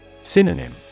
Synonym